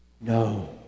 No